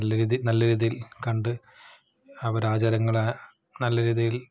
നല്ല രീതി നല്ല രീതിയില് കണ്ട് അവരാചാരങ്ങളെ നല്ല രീതിയില്